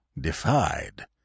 defied